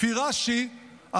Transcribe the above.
לפי רש"י,